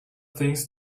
things